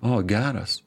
o geras